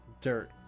dirt